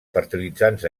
fertilitzants